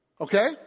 Okay